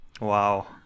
Wow